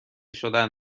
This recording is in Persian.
شدن